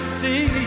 see